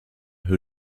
who